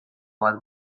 bat